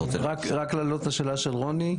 רק לענות לשאלה של רוני: